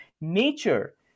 nature